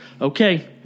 okay